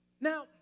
Now